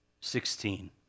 Sixteen